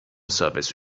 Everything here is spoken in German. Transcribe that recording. service